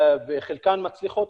חלקן מצליחות,